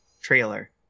trailer